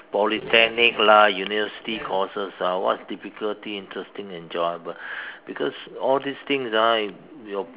Polytechnic lah university courses lah what difficulty interesting enjoyable because all these things ah your